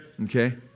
Okay